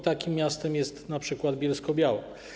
Takim miastem jest np. Bielsko-Biała.